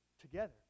together